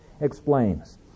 explains